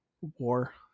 war